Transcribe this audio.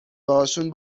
باهاشون